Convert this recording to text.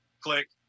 Click